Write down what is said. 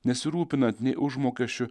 nesirūpinant nei užmokesčiu